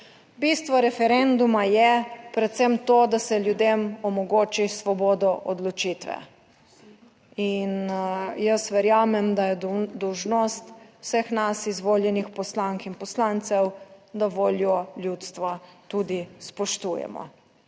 Bistvo referenduma je predvsem to, da se ljudem omogoči svobodo odločitve in jaz verjamem, da je dolžnost vseh nas, izvoljenih poslank in poslancev, da voljo ljudstva tudi spoštujemo